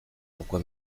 pourquoi